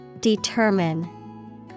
Determine